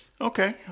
Okay